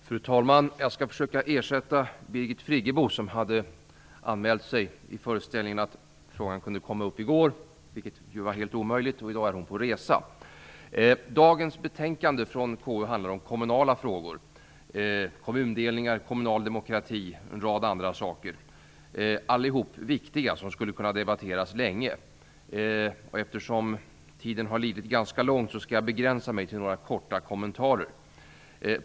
Fru talman! Jag skall försöka ersätta Birgit Friggebo som hade anmält sig till debatten i föreställningen att frågan kunde komma upp i går, vilket var helt omöjligt. I dag är hon på resa. Dagens betänkande från KU handlar om kommunala frågor, kommundelningar, kommunal demokrati och en rad andra saker. Allihop är viktiga och skulle kunna debatteras länge. Eftersom tiden har lidit skall jag begränsa mig till några korta kommentarer.